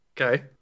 Okay